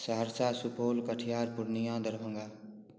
Saharsa Supaul Katihar Purnia Darbhanga